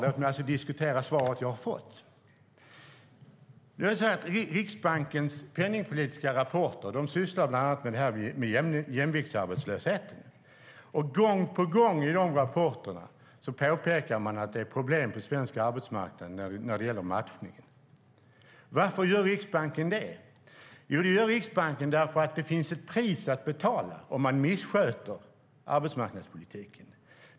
Låt mig diskutera svaret jag har fått. I Riksbankens penningpolitiska rapporter sysslar man bland annat med jämviktsarbetslösheten. Gång på gång i de rapporterna påpekar man att det är problem på den svenska arbetsmarknaden när det gäller matchningen. Varför gör Riksbanken det? Jo, det gör Riksbanken därför att det finns ett pris att betala om man missköter arbetsmarknadspolitiken.